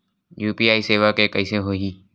UPI सेवा के कइसे होही?